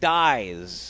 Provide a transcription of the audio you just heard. dies